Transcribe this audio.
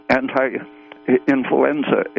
anti-influenza